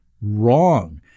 Wrong